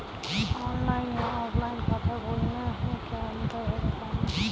Online या offline खाता खोलने में क्या अंतर है बताएँ?